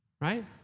Right